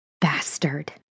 bastard